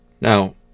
Now